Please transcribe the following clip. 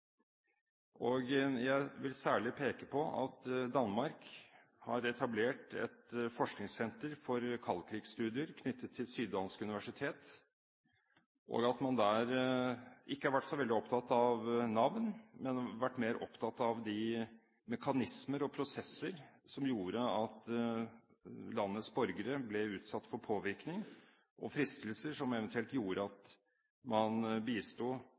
kunnskapen. Jeg vil særlig peke på at Danmark har etablert et forskningssenter for kald krig-studier knyttet til Syddansk Universitet. Man har ikke der vært så veldig opptatt av navn, men vært mer opptatt av de mekanismer og prosesser som gjorde at landets borgere ble utsatt for påvirkning og fristelser som eventuelt gjorde at man bisto